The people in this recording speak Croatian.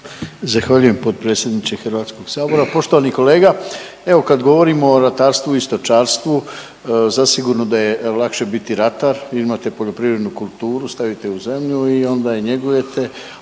Zahvaljujem potpredsjedniče Hrvatskog sabora. Poštovani kolega, evo kad govorimo o ratarstvu i stočarstvu zasigurno da je lakše biti ratar, vi imate poljoprivrednu kulturu, stavite je u zemlju i onda je njegujete,